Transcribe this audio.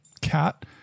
cat